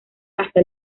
hasta